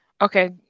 Okay